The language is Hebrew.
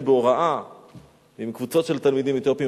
בהוראה עם קבוצות של תלמידים אתיופים,